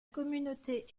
communauté